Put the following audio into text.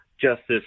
justice